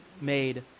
made